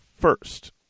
first